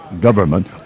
government